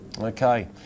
Okay